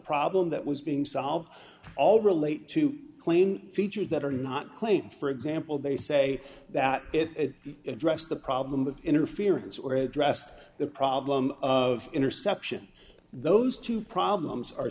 problem that was being solved all relate to clean features that are not claimed for example they say that it addressed the problem of interference or addressed the problem of interception those two problems are